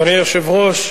אדוני היושב-ראש,